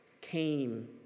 came